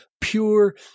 pure